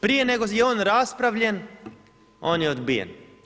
Prije nego je on raspravljen, on je odbijen.